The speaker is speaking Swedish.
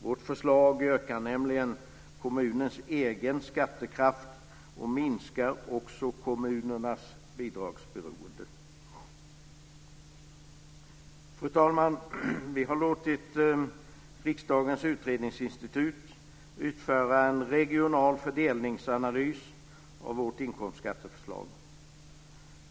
Vårt förslag ökar nämligen kommunernas egen skattekraft och minskar också kommunernas bidragsberoende. Fru talman! Vi har låtit Riksdagens utredningstjänst göra en regional fördelningsanalys av vårt inkomstskatteförslag.